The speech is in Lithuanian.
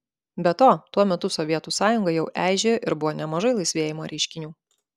be to tuo metu sovietų sąjunga jau eižėjo ir buvo nemažai laisvėjimo reiškinių